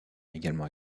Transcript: également